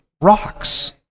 rocks